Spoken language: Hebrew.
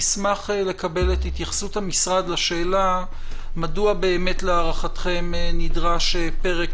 אני אשמח לקבל את התייחסות המשרד לשאלה מדוע להערכתכם נדרש פרק